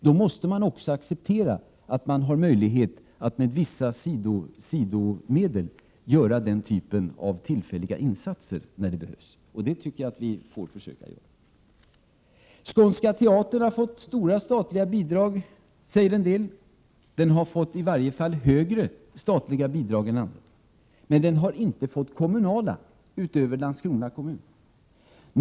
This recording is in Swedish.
Då måste man också acceptera att man har möjlighet att med vissa sidomedel göra den typen av tillfälliga insatser när så behövs. Det får vi försöka göra. Skånska teatern har fått stora statliga bidrag, säger en del. Den har i varje fall fått större statliga bidrag än andra. Den enda kommun som har gett kommunala bidrag till den är Landskrona kommun.